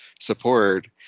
support